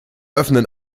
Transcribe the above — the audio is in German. öffnen